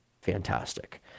fantastic